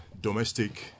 domestic